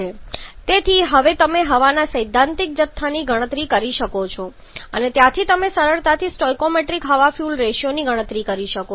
તેથી તમે હવાના સૈદ્ધાંતિક જથ્થાની સરળતાથી ગણતરી કરી શકો છો અને ત્યાંથી તમે સરળતાથી સ્ટોઇકિયોમેટ્રિક હવા ફ્યુઅલ રેશિયોની ગણતરી કરી શકો છો